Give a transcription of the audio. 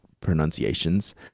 pronunciations